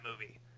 movie